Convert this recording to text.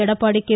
Edappadi K